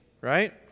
right